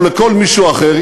או לכל מישהו אחר,